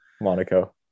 Monaco